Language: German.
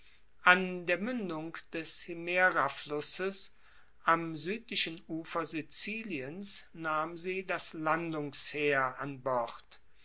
an der muendung des himeraflusses am suedlichen ufer siziliens nahm sie das landungsheer an bord